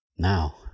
now